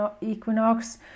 equinox